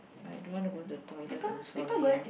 I don't want to go to the toilet I'm sorry ah